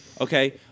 Okay